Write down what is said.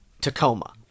Tacoma